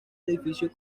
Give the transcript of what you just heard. edificio